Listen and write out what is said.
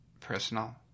personal